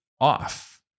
off